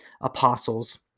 apostles